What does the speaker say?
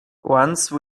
once